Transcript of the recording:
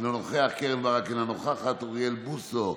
אינו נוכח, קרן ברק, אינה נוכחת, אוריאל בוסו,